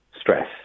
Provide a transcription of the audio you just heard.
stress